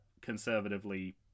conservatively